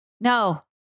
No